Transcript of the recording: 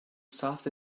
soft